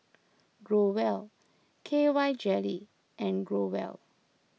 Growell K Y Jelly and Growell